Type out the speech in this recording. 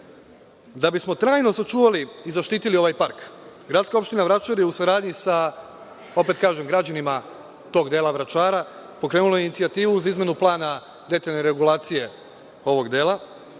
bismo trajno sačuvali i zaštitili ovaj park, gradska opština Vračar je u saradnji sa, opet kažem, građanima tog dela Vračara pokrenula inicijativu za izmenu plana detaljne regulacije ovog dela.